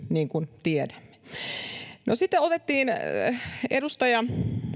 niin kuin tiedämme sitten edustaja